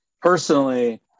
Personally